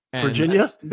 virginia